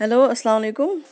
hello السلام علیکُم